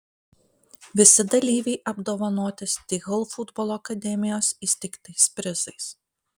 visi dalyviai apdovanoti stihl futbolo akademijos įsteigtais prizais